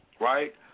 right